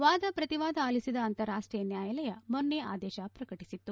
ವಾದ ಪ್ರತಿವಾದ ಅಲಿಸಿದ ಅಂತಾರಾಷ್ಟೀಯ ನ್ಯಾಯಾಲಯ ಮೊನ್ನೆ ಆದೇಶ ಪ್ರಕಟಿಸಿತ್ತು